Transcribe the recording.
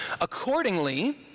Accordingly